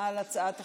על הצעת החוק.